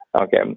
Okay